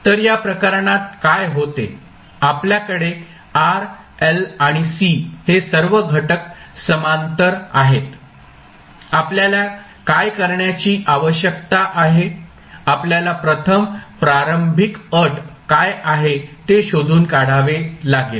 तर या प्रकरणात काय होते आपल्याकडे R L आणि C हे सर्व घटक समांतर आहेत आपल्याला काय करण्याची आवश्यकता आहे आपल्याला प्रथम प्रारंभिक अट काय आहे ते शोधून काढावे लागेल